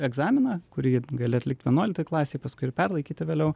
egzaminą kurį gali atlikt vienoj klasėj paskui ir perlaikyti vėliau